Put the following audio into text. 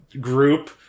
group